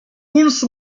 puls